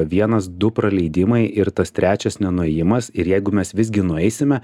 vienas du praleidimai ir tas trečias nenuėjimas ir jeigu mes visgi nueisime